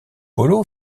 polo